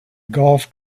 golf